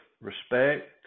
respect